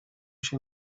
się